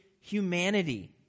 humanity